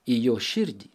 į jo širdį